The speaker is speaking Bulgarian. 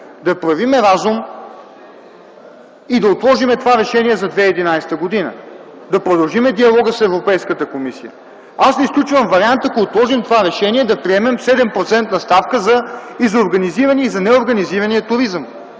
да проявим разум и да отложим това решение за 2011 г., да продължим диалога с Европейската комисия. Аз не изключвам вариант, ако отложим това решение, да приемем 7% ставка и за организирания, и за неорганизирания туризъм.